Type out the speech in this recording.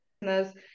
business